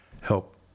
help